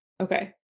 Okay